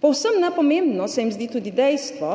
Povsem nepomembno se jim zdi tudi dejstvo,